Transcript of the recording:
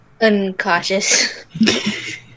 uncautious